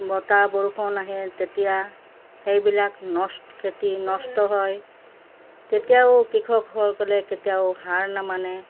বতাহ বৰষুণ আহে তেতিয়া সেইবিলাক নষ্ট খেতি নষ্ট হয় তেতিয়াও কৃষকসকলে কেতিয়াও হাৰ নামানে